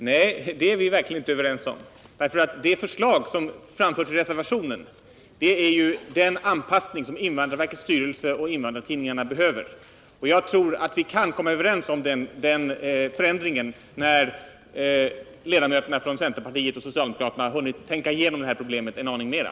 Herr talman! Nej, det är vi verkligen inte överens om. Det förslag som framförs i reservationen gäller ju den anpassning som invandrarverkets styrelse och invandrartidningarna begär och behöver. Jag tror att vi kan komma överens om den förändringen när ledamöterna från centerpartiet och socialdemokraterna har hunnit tänka över det här problemet en aning mera.